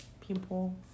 people